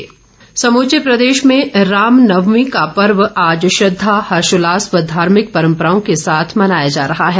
रामनवमी समूचे प्रदेश में राम नवमीं का पर्व आज श्रद्वा हर्षोल्लास व धार्मिक परंपराओं के साथ मनाया जा रहा है